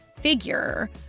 figure